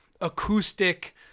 acoustic